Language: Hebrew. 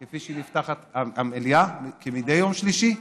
כפי שהיא נפתחת, המליאה, כמדי יום שלישי,